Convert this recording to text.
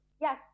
Yes